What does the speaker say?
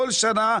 כל שנה,